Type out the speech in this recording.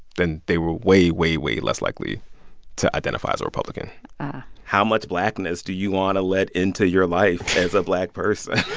then they were way, way, way less likely to identify as a republican how much blackness do you want to let into your life as a black person?